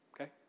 Okay